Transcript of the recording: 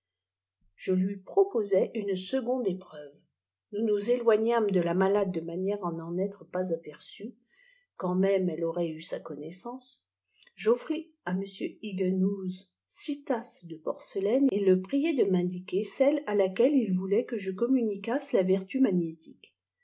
je lui proposai une seconde éprouvis nous nous éloignâmes de la malade de manière a n'en être pas aperçus quand même elle aurait eu sa connaissauce joffris à m ingeniiousze siit tasses de porcelaine et te priai de m'indiquer celle à laquelle il voulait que je communiquasse la vertu magnétique